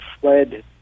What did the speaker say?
fled